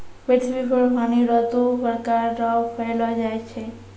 पृथ्वी पर पानी रो दु प्रकार रो पैलो जाय छै